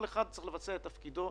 כל אחד צריך לבצע את תפקידו,